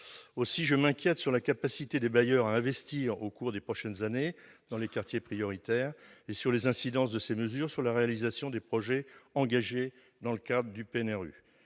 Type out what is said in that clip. Je m'inquiète donc de la capacité des bailleurs à investir au cours des prochaines années dans les quartiers prioritaires et des incidences de ces mesures sur la réalisation des projets engagés dans le cadre du NPNRU.